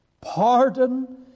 pardon